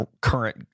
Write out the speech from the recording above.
current